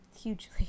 Hugely